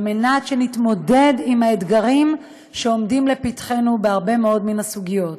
על מנת שנתמודד עם האתגרים שעומדים לפתחנו בהרבה מאוד מן הסוגיות.